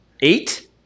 eight